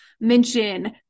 mention